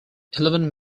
eleven